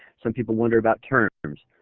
some people wonder about terms,